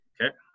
okay